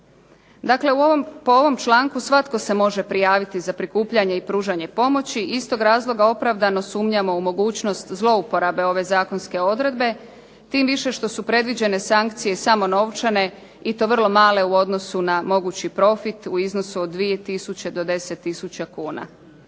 Dakle, po ovom članku svatko se može prijaviti za prikupljanje i pružanje pomoći. Iz tog razloga opravdano sumnjamo u mogućnost zlouporabe ove zakonske odredbe, tim više što su predviđene sankcije samo novčane i to vrlo male u odnosu na mogući profit u iznosu od 2 tisuće do 10 tisuća kuna.